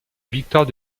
victoire